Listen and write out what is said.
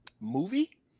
movie